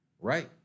right